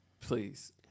Please